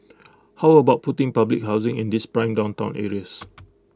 how about putting public housing in these prime downtown areas